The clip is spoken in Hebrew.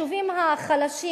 היישובים החלשים,